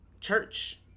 church